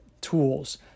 tools